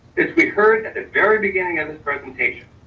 as we heard at the very beginning of this presentation,